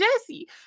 Jesse